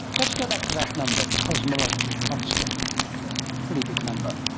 let's go back to that number, the cosmological constant, which is a pretty big number.